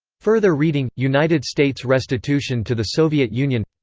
further reading united states restitution to the soviet union